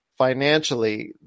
Financially